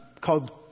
called